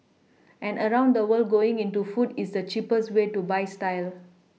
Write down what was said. and around the world going into food is the cheapest way to buy style